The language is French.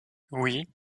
oui